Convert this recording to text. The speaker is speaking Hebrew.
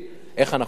איך אנחנו נגדיל?